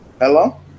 Hello